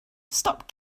stop